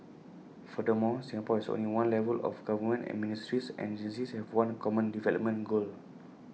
furthermore Singapore has only one level of government and ministries and agencies have one common development goal